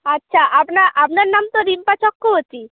আচ্ছা আপনার নাম তো রিম্পা চক্রবর্তী